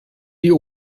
die